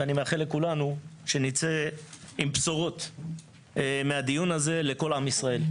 אני מאחל לכולנו שנצא עם בשורות מהדיון הזה לכל עם ישראל.